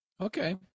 Okay